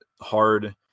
hard